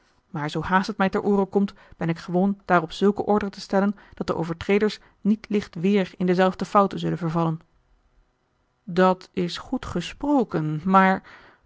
maar zoo haast het mij ter ooren komt ben ik gewoon daarop zulke ordre te stellen dat de overtreders niet licht weêr in dezelfde foute zullen vervallen dat is goed gesproken maar